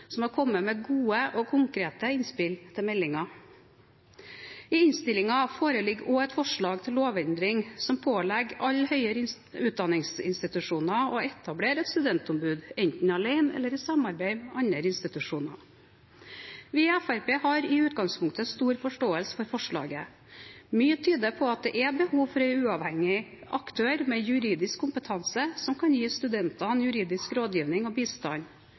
som har kommet med gode og konkrete innspill til meldingen. I innstillingen foreligger også et forslag til lovendring som pålegger alle høyere utdanningsinstitusjoner å etablere et studentombud, enten alene eller i samarbeid med andre institusjoner. Vi i Fremskrittspartiet har i utgangspunktet stor forståelse for dette forslaget. Mye tyder på at det er behov for en uavhengig aktør med juridisk kompetanse som kan gi studentene juridisk rådgivning og bistand,